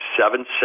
seven